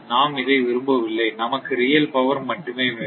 நாம் இதை விரும்பவில்லை நமக்கு ரியல் பவர் மட்டுமே வேண்டும்